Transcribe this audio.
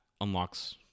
unlocks